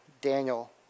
Daniel